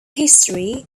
history